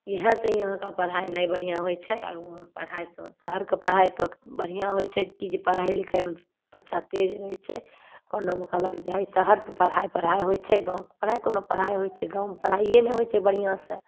इहे से ही यहाँके पढ़ाइ नहि बढ़िआँ होइ छै आर वहाँके पढ़ाइ तऽ शहरके पढ़ाइ बढ़िआँ होइ छै कि जे पढ़ै लिखैमे बच्चा तेज रहै छै कोनोमे कहलक जाइ शहर तऽ पढ़ाइ होइ छै गामके पढ़ाइ कोनो पढ़ाइ होइ छै गाममे पढ़ाइए नहि होइ छै बढ़िआँसे